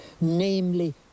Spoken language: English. namely